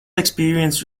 experience